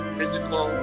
physical